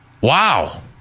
Wow